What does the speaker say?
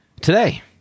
Today